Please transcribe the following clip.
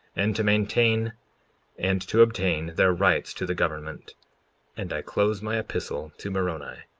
and to maintain and to obtain their rights to the government and i close my epistle to moroni.